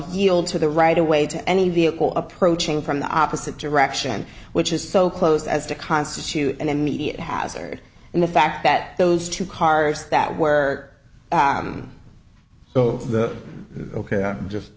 yield to the right away to any vehicle approaching from the opposite direction which is so close as to constitute an immediate hazard and the fact that those two cars that were so that ok i'm just